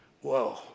Whoa